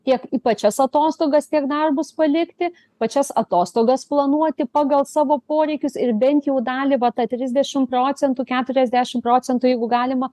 tiek į pačias atostogas tiek darbus palikti pačias atostogas planuoti pagal savo poreikius ir bent jau dalį va tą trisdešim procentų keturiasdešim procentų jeigu galima